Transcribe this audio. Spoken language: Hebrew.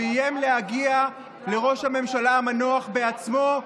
ואיים להגיע לראש הממשלה המונח בעצמו,